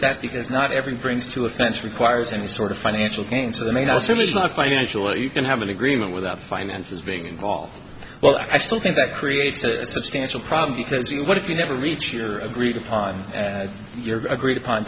that because not every brings to a fence requires any sort of financial gain the main assume is not financial you can have an agreement without finances being involved well i still think that creates a substantial problem because what if you never reach your agreed upon your agreed upon